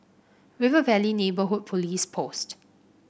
River Valley Neighbourhood Police Post